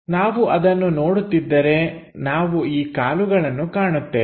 ನಾವು ಅದನ್ನು ನೋಡುತ್ತಿದ್ದರೆ ನಾವು ಈ ಕಾಲುಗಳನ್ನು ಕಾಣುತ್ತೇವೆ